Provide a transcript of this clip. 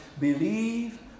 believe